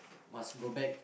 must go back